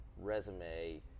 resume